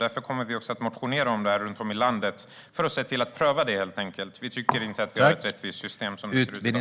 Därför kommer vi också att motionera om detta runt om i landet - för att helt enkelt se till att pröva det. Vi tycker inte att det är ett rättvist system som det ser ut i dag.